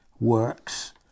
Works